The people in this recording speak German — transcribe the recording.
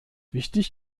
wichtig